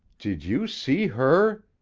did you see her?